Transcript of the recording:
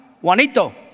Juanito